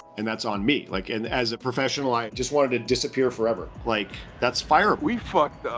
and that's on me. like and as a professional i just wanted to disappear forever. like that's fireable. we fucked up.